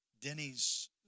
Denny's